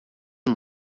and